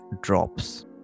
drops